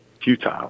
futile